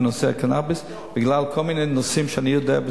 בנושא הקנאביס בגלל כל מיני נושאים שאני יודע,